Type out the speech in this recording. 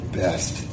best